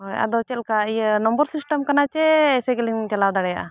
ᱦᱳᱭ ᱟᱫᱚ ᱪᱮᱫ ᱞᱮᱠᱟ ᱤᱭᱟᱹ ᱱᱚᱢᱵᱚᱨ ᱥᱤᱥᱴᱮᱢ ᱠᱟᱱᱟ ᱥᱮ ᱮᱥᱮ ᱜᱮᱞᱤᱧ ᱪᱟᱞᱟᱣ ᱫᱟᱲᱮᱭᱟᱜᱼᱟ